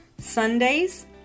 Sundays